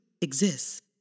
exists